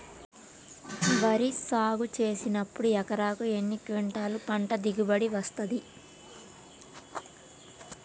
వరి సాగు చేసినప్పుడు ఎకరాకు ఎన్ని క్వింటాలు పంట దిగుబడి వస్తది?